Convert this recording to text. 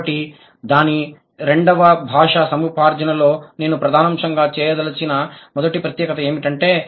కాబట్టి దాని రెండవ భాషా సముపార్జనలో నేను ప్రధానాంశంగా చేయదలిచిన మొదటి ప్రత్యేకత ఏమిటంటే